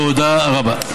תודה רבה.